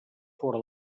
fora